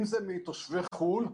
אם זה מתושבי חו"ל,